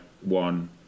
one